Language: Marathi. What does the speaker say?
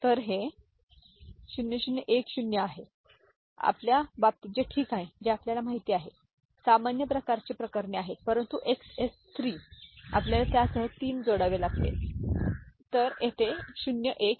तर हे 0010 आहे आपल्या बाबतीत जे ठीक आहे ते आपल्याला माहिती आहे सामान्य प्रकारची प्रकरणे आहेत परंतु एक्सएस 3 आपल्याला त्यासह 3 जोडावे लागेल आपल्याला त्यासह 3 जोडावे लागतील